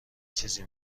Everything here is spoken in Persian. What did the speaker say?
چیزی